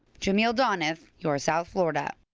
jamil donith your south florida.